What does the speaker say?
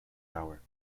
hour